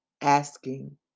asking